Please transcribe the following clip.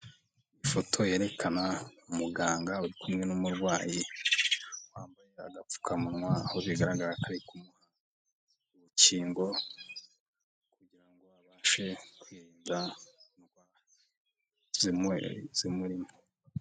Ifoto yerekana umuganga uri kumwe n'umurwayi wambaye agapfukamunwa aho bigaragara ko ari kumuha urukingo kugira abashe kwirinda indwara zimurimo.